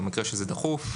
במקרה שזה דחוף,